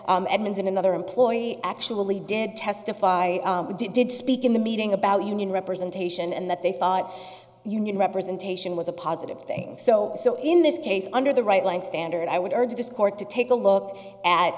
and another employee actually did testify did did speak in the meeting about union representation and that they thought union representation was a positive things so so in this case under the right line standard i would urge this court to take a look at